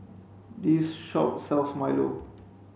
this shop sells milo